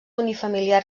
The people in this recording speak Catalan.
unifamiliar